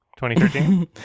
2013